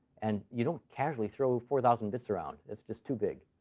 and you don't casually throw four thousand bits around. it's just too big.